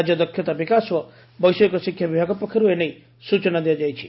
ରାଜ୍ୟ ଦକ୍ଷତା ବିକାଶ ଓ ବୈଷୟିକ ଶିକ୍ଷା ବିଭାଗ ପକ୍ଷରୁ ଏନେଇ ସ୍ରଚନା ଦିଆଯାଇଛି